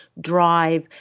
drive